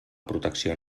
protecció